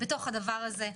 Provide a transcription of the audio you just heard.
בתוך הדבר הזה.